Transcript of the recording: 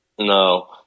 No